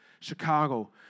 Chicago